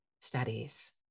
studies